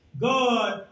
God